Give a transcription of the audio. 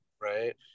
right